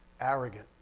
arrogant